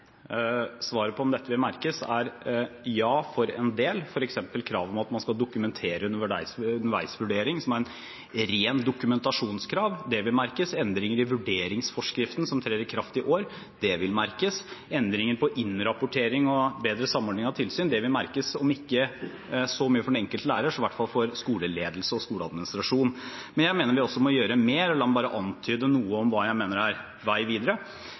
ja, for en del. For eksempel vil kravet om at man skal dokumentere underveisvurdering, som er et rent dokumentasjonskrav, merkes, endringer i vurderingsforskriften som trer i kraft i år, vil merkes, og endringen på innrapportering og bedre samordning av tilsyn vil merkes, om ikke så mye for den enkelte lærer så i hvert fall for skoleledelse og skoleadministrasjon. Men jeg mener at vi også må gjøre mer, og la meg bare antyde noe om hva jeg mener er veien videre.